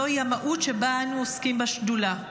זוהי המהות שבה אנו עוסקים בשדולה,